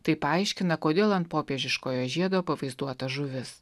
tai paaiškina kodėl ant popiežiškojo žiedo pavaizduota žuvis